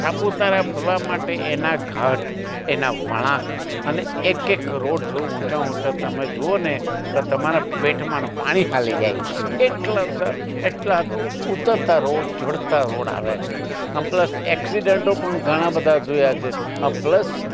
સાપુતારા ફરવા માટે એના ઘાટ એના વળાંક અને એક એક રોડ જો ઊંચા ઊંચા તમે જુઓ ને તો તમારા પેટમાંનું પાણી હાલી જાય એટલા સાહેબ એટલા ઉતરતા રોડ ચડતા રોડ આવે છે આમ પ્લસ એક્સિડન્ટો પણ ઘણા બધા જોયા છે અને આ પ્લસ